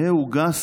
יהא הוא גס,